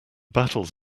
battles